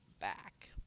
back